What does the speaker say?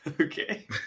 Okay